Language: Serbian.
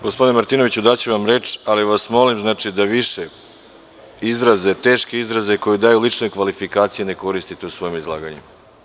Gospodine Martinoviću daću vam reč, ali vas molim da teške izraze koji daju lične kvalifikacije više ne koristite u svom izlaganju.